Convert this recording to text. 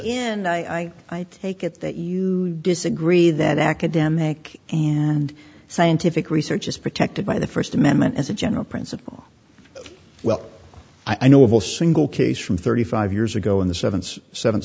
and i take it that you disagree that academic and scientific research is protected by the first amendment as a general principle well i know of a single case from thirty five years ago in the servants seven